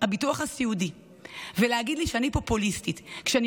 הביטוח הסיעודי ולהגיד לי שאני פופוליסטית כשאני